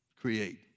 create